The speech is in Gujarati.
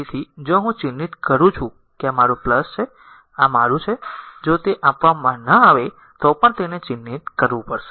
તેથી જો હું ચિહ્નિત કરું છું કે આ મારું છે અને આ મારું છે જો તે આપવામાં ન આવે તો પણ તેને ચિહ્નિત કરવું પડશે